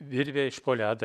virvė iš po ledą